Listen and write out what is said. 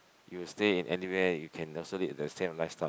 you stay in anywhere you can also lead the same lifestyle